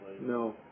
No